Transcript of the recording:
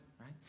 Right